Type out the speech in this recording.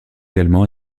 également